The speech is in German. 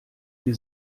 sie